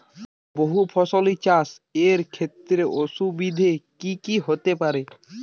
বহু ফসলী চাষ এর ক্ষেত্রে অসুবিধে কী কী হতে পারে?